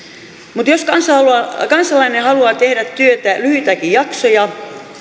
mutta jos kansalainen haluaa tehdä työtä lyhyitäkin jaksoja